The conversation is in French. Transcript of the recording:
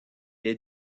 est